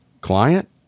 client